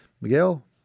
Miguel